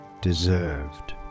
deserved